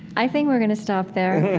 i think we're going to stop there